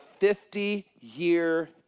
50-year